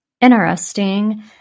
Interesting